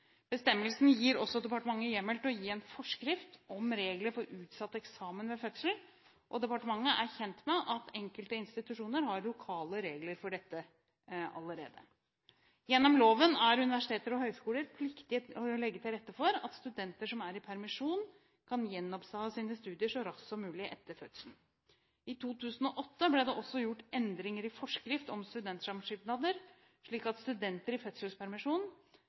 Bestemmelsen gir også departementet hjemmel til å gi en forskrift om regler for utsatt eksamen ved fødsel, og departementet er kjent med at enkelte institusjoner allerede har lokale regler for dette. Gjennom loven er universiteter og høyskoler pliktige til å legge til rette for at studenter som er i permisjon, kan gjenoppta sine studier så raskt som mulig etter fødselen. I 2008 ble det også gjort endringer i forskrift om studentsamskipnader, slik at studenter i